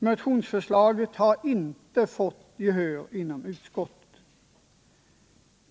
Motionsförslaget har inte fått gehör inom utskottet.